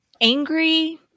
angry